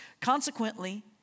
Consequently